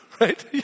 Right